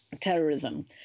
terrorism